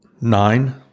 nine